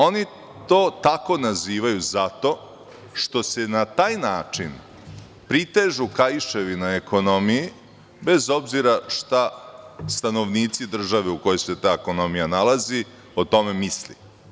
Oni to tako nazivaju zato što se na taj način pritežu kaiševi na ekonomiji, bez obzira šta stanovnici države u kojoj se ta ekonomija nalazi o tome misli.